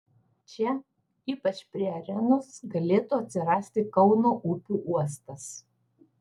čia ypač prie arenos galėtų atsirasti kauno upių uostas